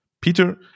Peter